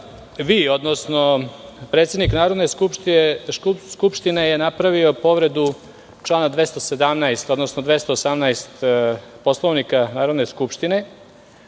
vi, odnosno predsednik Narodne Skupštine je napravio povredu člana 217, odnosno 218. Poslovnika Narodne Skupštine.